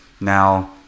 Now